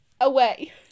away